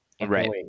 right